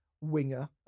winger